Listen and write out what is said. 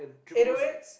eight o eights